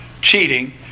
cheating